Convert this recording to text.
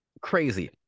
crazy